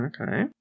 okay